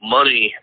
money